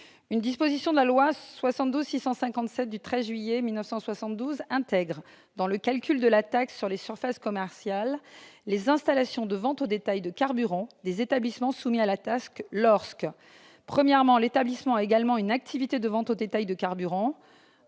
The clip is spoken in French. Une disposition de la loi précitée intègre, dans le calcul de la taxe sur les surfaces commerciales, les installations de vente au détail de carburant des établissements soumis à la taxe, lorsque soit l'établissement a également une activité de vente au détail de carburants,